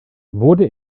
wurde